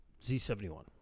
Z71